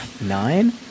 nine